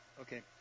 Okay